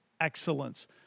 excellence